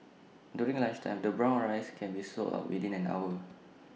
during lunchtime the brown rice can be sold out within an hour